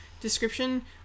description